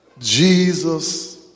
Jesus